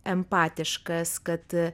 empatiškas kad